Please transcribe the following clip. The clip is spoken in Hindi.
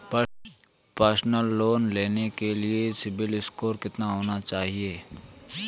पर्सनल लोंन लेने के लिए सिबिल स्कोर कितना होना चाहिए?